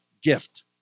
gift